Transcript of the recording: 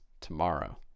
tomorrow